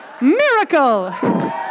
Miracle